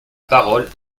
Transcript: parole